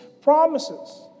promises